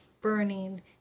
burning